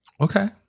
Okay